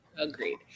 Agreed